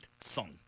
Song